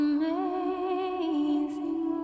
Amazing